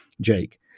Jake